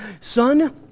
son